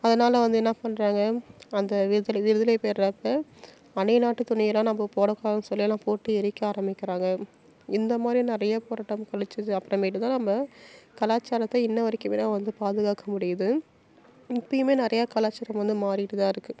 அதனால் வந்து என்ன பண்ணுறாங்க அந்த விடுதலை பெறப்ப அந்நிய நாட்டு துணிலாம் நம்ம போடக்கூடாதுன்னு சொல்லி எல்லாம் போட்டு எரிக்க ஆரம்பிக்கிறாங்க இந்தமாதிரி நிறைய போராட்டம் கழிச்சதுக்கு அப்புறமேட்டுதான் நம்ம கலாச்சாரத்தை இன்று வரைக்கும் நம்ம வந்து பாதுகாக்க முடியுது இப்பயுமே நிறையா கலாச்சாரம் வந்து மாறிட்டுதான் இருக்குது